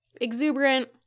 exuberant